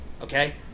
okay